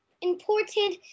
important